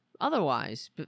otherwise